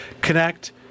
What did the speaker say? connect